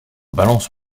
balance